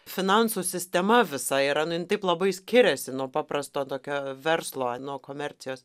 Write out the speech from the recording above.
finansų sistema visa yra nu jin taip labai skiriasi nuo paprasto tokio verslo nuo komercijos